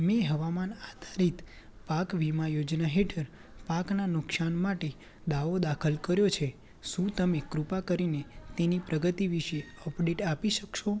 મેં હવામાન આધારિત પાક વીમા યોજના હેઠળ પાકનાં નુકસાન માટે દાવો દાખલ કર્યો છે શું તમે કૃપા કરીને તેની પ્રગતિ વિશે અપડેટ આપી શકશો